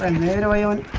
ah lido island,